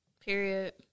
Period